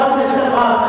חברת הכנסת אברהם,